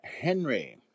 Henry